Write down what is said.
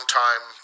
time